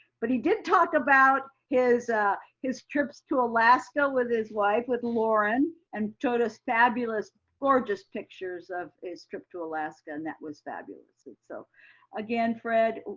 but he did talk about his his trips to alaska with his wife, with lauren and showed us fabulous, gorgeous pictures of his trip to alaska. and that was fabulous and so again, fred,